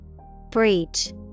Breach